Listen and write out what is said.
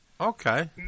okay